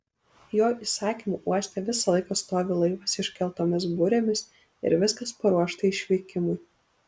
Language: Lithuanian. jo įsakymu uoste visą laiką stovi laivas iškeltomis burėmis ir viskas paruošta išvykimui